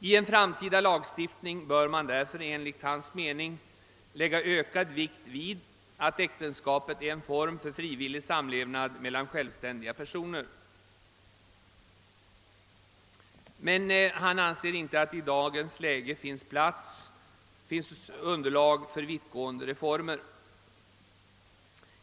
I en framtida lagstiftning bör man därför enligt hans mening lägga ökad vikt vid att äktenskapet är en form för frivillig samlevnad mellan självständiga personer. Han anser emellertid inte att det i dagens läge finns underlag för vittgående reformer.